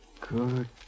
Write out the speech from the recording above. Good